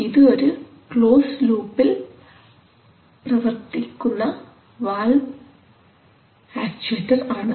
ഇത് ഒരു ക്ലോസ്ഡ് ലൂപ്പിൽ പ്രവർത്തിക്കുന്ന വാൽവ് ആക്ച്ചുവെറ്റർ ആണ്